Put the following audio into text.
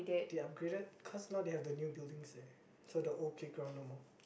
they upgraded cause now they have the new buildings eh so the old playground no more